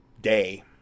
day